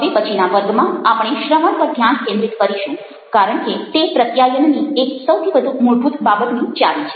હવે પછીના વર્ગમાં આપણે શ્રવણ પર ધ્યાન કેન્દ્રિત કરીશું કારણ કે તે પ્રત્યાયનની એક સૌથી વધુ મૂળ્ભૂત બાબતની ચાવી છે